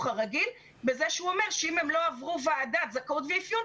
הרגיל בזה שהוא אומר שאם הם לא עברו ועדת זכאות ואפיון,